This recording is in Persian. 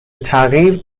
تغییر